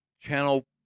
Channel